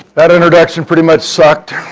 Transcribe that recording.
that introduction pretty much sucked.